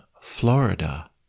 Florida